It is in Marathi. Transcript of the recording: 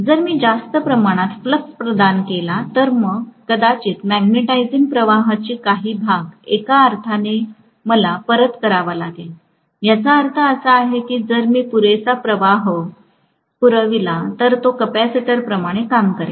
जर मी जास्त प्रमाणात फ्लक्स प्रदान केला तर मग कदाचित मॅग्नेटिझिंग प्रवाहाचा काही भाग एका अर्थाने मला परत करावा लागेल याचा अर्थ असा आहे की जर मी पुरेसा प्रवाह पुरविला तर तो कॅपेसिटरप्रमाणे काम करेल